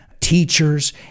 teachers